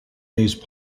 these